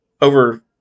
over